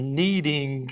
needing